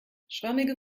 schwammige